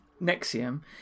Nexium